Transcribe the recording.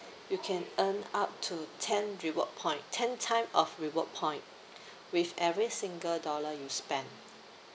you can earn up to ten reward point ten time of reward point with every single dollar you spend